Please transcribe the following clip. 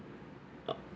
uh